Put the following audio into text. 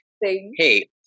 Hey